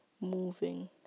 moving